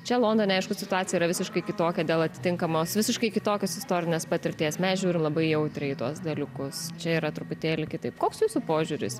čia londone aišku situacija yra visiškai kitokia dėl atitinkamos visiškai kitokios istorinės patirties mes žiūrim labai jautriai į tuos dalykus čia yra truputėlį kitaip koks jūsų požiūris